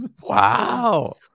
Wow